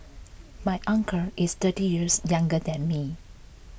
my uncle is thirty years younger than me